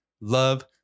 love